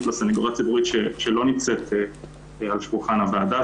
לסנגוריה הציבורית שלא נמצאת על שולחן הוועדה.